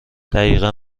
دقیقا